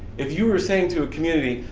if you were saying to a community,